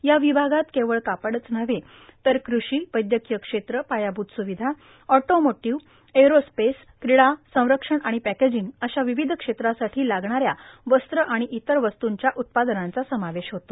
ह्या र्वभागात केवळ कापडच नव्हे तर कृषी वैद्यकोय क्षेत्र पायाभूत स्रावधा ऑटोमोटाव्ह एअरोस्पेस क्रीडा संरक्षण आर्माण पॅकेजिंग अशा र्वावध क्षेत्रासाठी लागणाऱ्या वस्त्र आर्माण इतर वस्तूंच्या उत्पादनांचा समावेश होतो